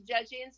judging